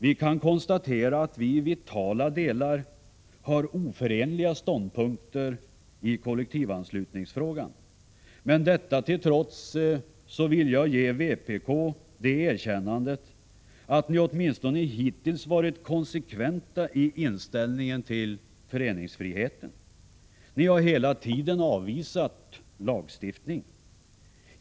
Man kan konstatera att socialdemokraterna och vpk i viktiga avseenden har oförenliga ståndpunkter i kollektivanslutningsfrågan. Detta till trots vill jag ge vpk det erkännandet att vpk åtminstone hittills har varit konsekvent i inställningen till föreningsfriheten. Vpk har hela tiden avvisat lagstiftning.